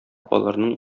аларның